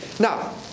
Now